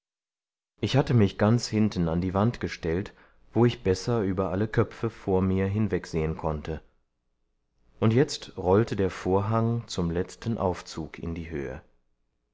ich hatte mich ganz hinten an die wand gestellt wo ich besser über alle die köpfe vor mir hinwegsehen konnte und jetzt rollte der vorhang zum letzten aufzug in die höhe